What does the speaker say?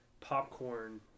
popcorn